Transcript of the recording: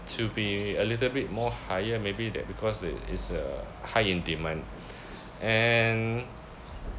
to be a little bit more higher maybe that because it is a high in demand and